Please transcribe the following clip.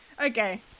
Okay